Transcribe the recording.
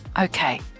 Okay